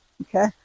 okay